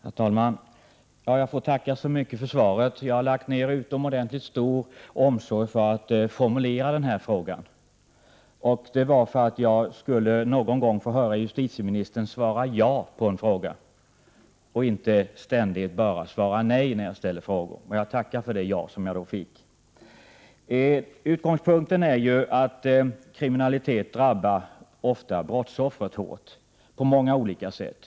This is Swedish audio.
Herr talman! Jag ber att få tacka så mycket för svaret. Jag har lagt ner utomordentligt stor omsorg på att formulera min fråga för att någon gång få 4” höra justitieministern svara ja och inte bara nej när jag ställer frågor. Jag tackar för det ja som jag fick. Utgångspunkten är ju att kriminalitet ofta drabbar brottsoffret hårt på många olika sätt.